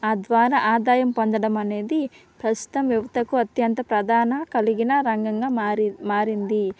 ఆ ద్వారా ఆదాయం పొందడం అనేది ప్రస్తుతం యువతకు అత్యంత ప్రధాన కలిగిన రంగంగా మారింది